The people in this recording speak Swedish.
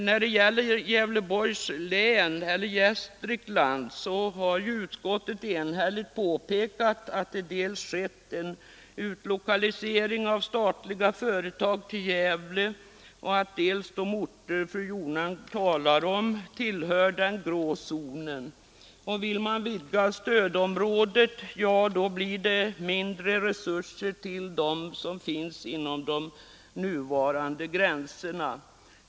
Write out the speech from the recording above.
När det gäller Gästrikland har ju utskottet enhälligt påpekat dels att det skett en utlokalisering av statliga företag till Gävle, dels att de orter som fru Jonäng talade om i sitt inlägg tillhör den grå zonen. Vill man vidga stödområdet — ja, då blir det mindre resurser till dem som finns inom de nuvarande gränserna.